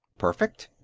perfect?